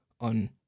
on